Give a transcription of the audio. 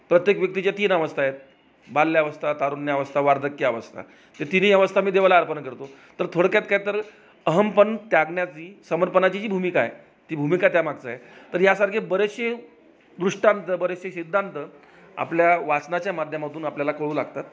प्रत्येक व्यक्तीच्या तीन अवस्था आहेत बाल्यावस्था तारुण्यावस्था वार्धक्यावस्था ते तीनही अवस्था मी देवाला अर्पण करतो तर थोडक्यात काय तर अहमपणा त्यागण्याची समर्पणाची जी भूमिका आहे ती भूमिका त्या मागचं आहे तर यासारखे बरेचसे दृष्टान्त बरेचसे सिद्धांत आपल्या वाचनाच्या माध्यमातून आपल्याला कळू लागतात